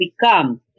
become